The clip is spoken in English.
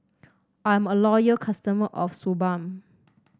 I am a loyal customer of Suu Balm